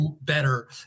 better